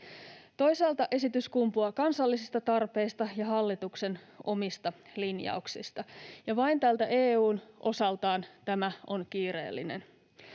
Toisaalta esitys kumpuaa kansallisista tarpeista ja hallituksen omista linjauksista. Ja vain tältä EU:n osalta tämä on kiireellinen.